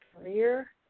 career